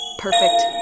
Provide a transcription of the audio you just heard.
Perfect